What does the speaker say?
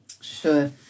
Sure